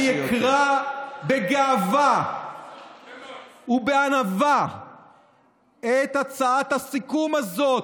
אני אקרא בגאווה ובענווה את הצעת הסיכום הזאת,